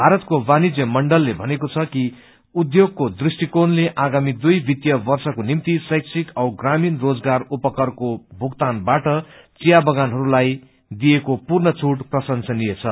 भारतको वाणिजय मण्डलले भनेको छ कि उध्योगको दृष्टिकोणले आगामी दुई वित्तीय वर्षको निम्ति शैक्षिक औ ग्रामीण रोजगार उपकरको भुक्तानबाट चियाबगानहरूलाई दिइएको पूर्ण छूट प्रशेसनीय छ